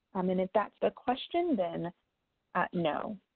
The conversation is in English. i mean if that's the question, then no.